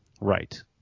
Right